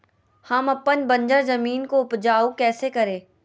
हम अपन बंजर जमीन को उपजाउ कैसे करे?